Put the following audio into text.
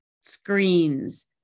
screens